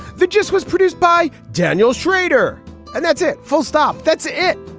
the gist was produced by daniel schrader and that's it full stop. that's it.